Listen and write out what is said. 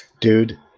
dude